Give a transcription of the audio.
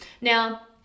Now